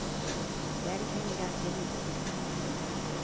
so daddy came and got timmy and took him on out of the water.